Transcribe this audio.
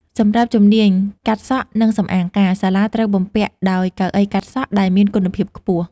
សម្រាប់ជំនាញ កាត់សក់និងសម្អាងការ សាលាត្រូវបំពាក់ដោយកៅអីកាត់សក់ដែលមានគុណភាពខ្ពស់។